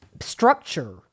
structure